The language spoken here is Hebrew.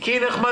כי הוא נחמדה,